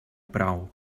prou